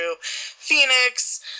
Phoenix